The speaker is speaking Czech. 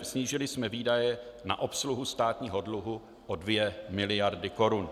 Snížili jsme výdaje na obsluhu státního dluhu o 2 mld. korun.